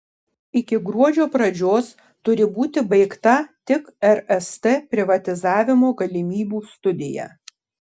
iki gruodžio pradžios turi būti baigta tik rst privatizavimo galimybių studija